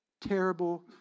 terrible